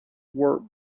work